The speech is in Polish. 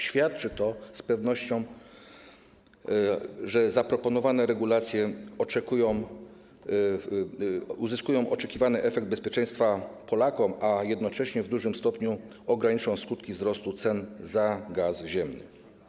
Świadczy to z pewnością o tym, że zaproponowane regulacje uzyskają oczekiwany efekt bezpieczeństwa Polaków, a jednocześnie w dużym stopniu ograniczą skutki wzrostu cen za gaz ziemny.